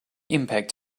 impact